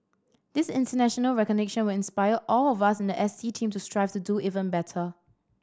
this international recognition will inspire all of us in the S T team to strive to do even better